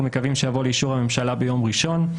מקווים שיבואו לאישור הממשלה ביום ראשון.